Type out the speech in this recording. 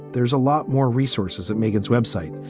there's a lot more resources at megan's web site.